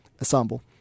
Assemble